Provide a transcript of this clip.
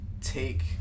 take